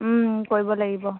কৰিব লাগিব